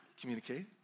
communicate